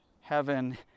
heaven